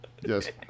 Yes